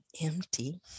Empty